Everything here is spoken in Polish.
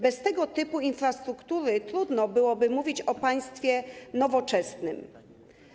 Bez tego typu infrastruktury trudno byłoby mówić o państwie nowoczesnym.